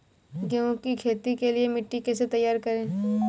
गेहूँ की खेती के लिए मिट्टी कैसे तैयार करें?